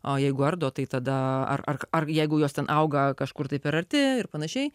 o jeigu ardo tai tada ar ar ar jeigu jos ten auga kažkur tai per arti ir panašiai